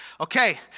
Okay